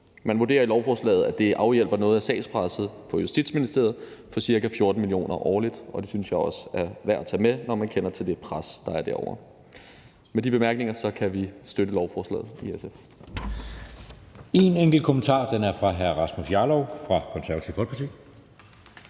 Man vurderer i lovforslaget, at det afhjælper noget af sagspresset på Justitsministeriet for ca. 14 mio. kr. årligt, og det synes jeg også er værd at tage med, når man kender til det pres, der er derovre. Med de bemærkninger kan vi støtte lovforslaget i SF. Kl. 14:31 Anden næstformand (Jeppe Søe): Der er en enkelt